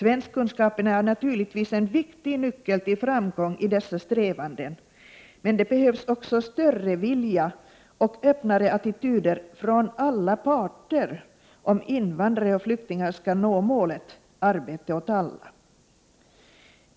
Kunskaperna i svenska är naturligtvis en viktig nyckel till framgång i dessa strävanden, men det behövs också större vilja och öppnare attityder från alla parter, om invandrare och flyktingar skall ingå i målet arbete åt alla.